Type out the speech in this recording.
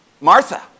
Martha